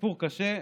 סיפור קשה,